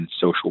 social